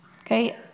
Okay